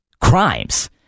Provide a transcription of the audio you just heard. crimes